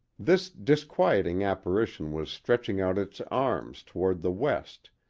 this disquieting apparition was stretching out its arms toward the west,